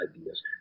ideas